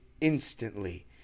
instantly